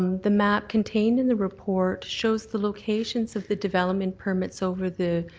the map contained in the report shows the locations of the development permits over the